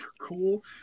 cool